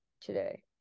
today